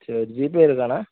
சரி ஜீபே இருக்காண்ணா